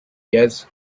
jazz